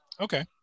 Okay